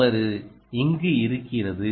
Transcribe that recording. தவறு இங்கு இருக்கிறது